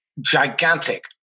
gigantic